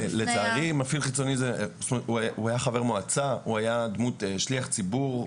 הוא היה חבר מועצה, הוא היה שליח ציבור.